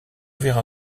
verra